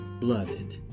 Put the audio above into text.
blooded